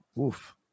Oof